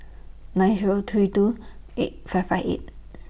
nine Zero three two eight five five eight